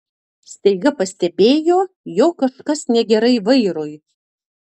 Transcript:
staiga pastebėjo jog kažkas negerai vairui